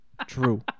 True